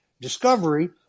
discovery